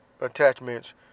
attachments